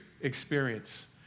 experience